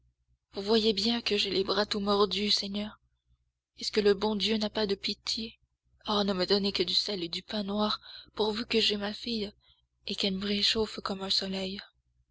voyez bien que j'ai les bras tout mordus seigneur est-ce que le bon dieu n'a pas de pitié oh ne me donnez que du sel et du pain noir pourvu que j'aie ma fille et qu'elle me réchauffe comme un soleil